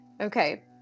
Okay